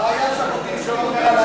בהמשך ישיר לדיון הזה,